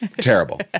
terrible